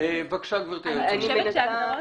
בבקשה גברתי היועצת המשפטית.